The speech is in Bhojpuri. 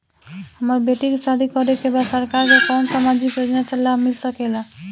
हमर बेटी के शादी करे के बा सरकार के कवन सामाजिक योजना से लाभ मिल सके ला?